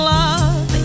love